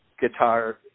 guitar